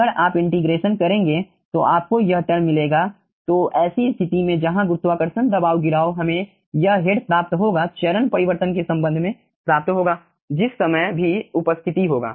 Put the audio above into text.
अगर आप इंटीग्रेशन करेंगे तो आपको यह टर्म मिलेगा तो ऐसी स्थिति में जहां गुरुत्वाकर्षण दबाव गिराव हमें यह हेड प्राप्त होगा चरण परिवर्तन के संबंध में प्राप्त होगा जिस समय भी उपस्थिति होगा